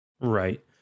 right